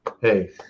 hey